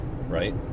right